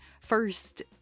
First